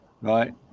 Right